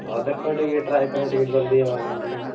ହଁ ଦେଖ ଟିକେ ଟ୍ରାଏ କର ଟିକେ ଜଲ୍ଦି ହେବା ପାଇଁ ଟିକେ